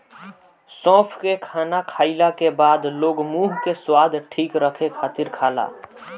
सौंफ के खाना खाईला के बाद लोग मुंह के स्वाद ठीक रखे खातिर खाला